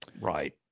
right